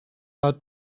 are